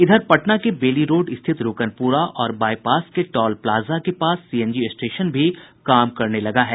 इधर पटना के बेलीरोड स्थित रूकनपुरा और बाईपास के टॉल प्लाजा के पास सीएनजी स्टेशन भी काम करने लगा है